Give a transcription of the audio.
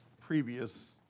previous